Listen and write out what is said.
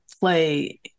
play